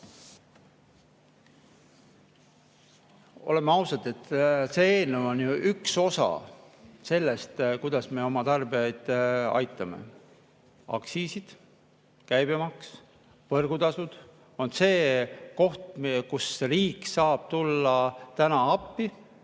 Oleme ausad: see eelnõu on üks osa sellest, kuidas me oma tarbijaid aitame. Aktsiisid, käibemaks, võrgutasud on need kohad, kus riik saab täna appi